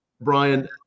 Brian